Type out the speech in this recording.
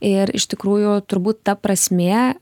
ir iš tikrųjų turbūt ta prasmė